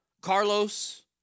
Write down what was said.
Carlos